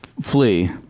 flee